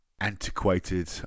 antiquated